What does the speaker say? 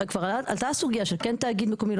כבר עלתה הסוגיה של כן תאגיד מקומי,